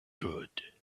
good